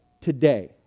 today